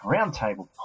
Roundtable